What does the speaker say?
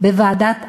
בוועדת העבודה,